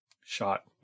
shot